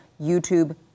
YouTube